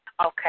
okay